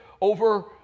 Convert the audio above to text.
over